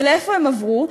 ולאיפה הם עברו?